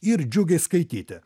ir džiugiai skaityti